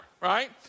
right